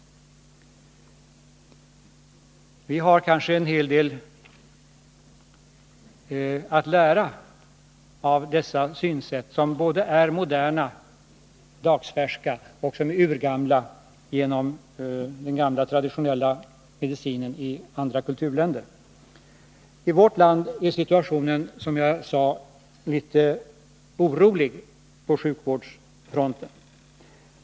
Vi har en hel del att lära av dessa synsätt, som är moderna, dagsfärska, men även urgamla inom den traditionella medicinen i andra kulturländer. I vårt land är situationen på sjukvårdsfronten litet oroande.